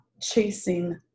chasing